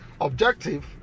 objective